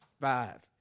five